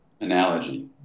analogy